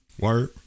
word